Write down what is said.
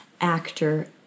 actor